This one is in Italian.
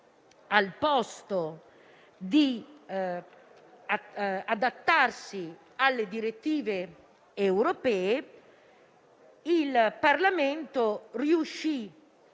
invece di adattarsi alle direttive europee, il Parlamento riuscì,